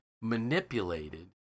manipulated